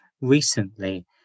recently